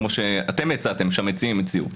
כמו שהמציעים הציעו.